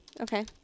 Okay